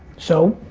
so,